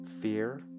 fear